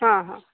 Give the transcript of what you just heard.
हा हा